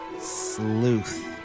Sleuth